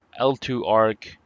L2ARC